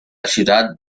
ciudad